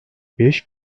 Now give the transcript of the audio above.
beş